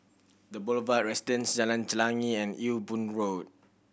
The Boulevard Residence Jalan Chelagi and Ewe Boon Road